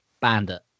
bandit